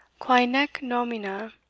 quae nec nomina,